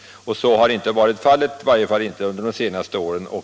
Så har inte varit fallet med NJA, i varje fall inte under de senare åren.